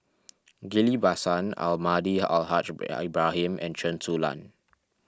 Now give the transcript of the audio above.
Ghillie Basan Almahdi Al Haj Ibrahim and Chen Su Lan